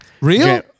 real